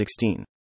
16